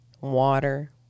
water